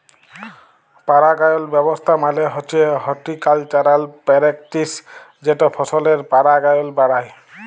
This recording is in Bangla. পারাগায়ল ব্যাবস্থা মালে হছে হরটিকালচারাল প্যারেকটিস যেট ফসলের পারাগায়ল বাড়ায়